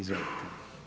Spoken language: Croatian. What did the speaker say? Izvolite.